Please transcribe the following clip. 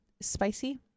spicy